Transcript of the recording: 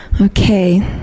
Okay